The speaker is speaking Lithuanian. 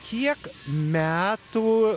kiek metų